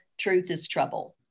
Truthistrouble